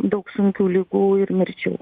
daug sunkių ligų ir mirčių